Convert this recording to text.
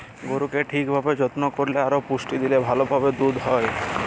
গরুকে ঠিক ভাবে যত্ন করল্যে আর পুষ্টি দিলে ভাল ভাবে দুধ হ্যয়